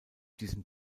diesem